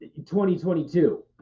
2022